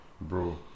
bro